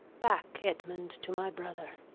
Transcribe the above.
back, edmund, to my brother.